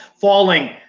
falling